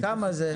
כמה זה?